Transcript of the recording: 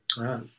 Right